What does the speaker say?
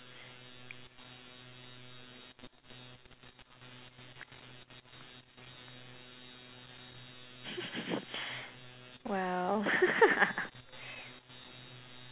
!wow!